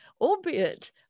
albeit